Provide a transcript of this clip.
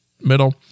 middle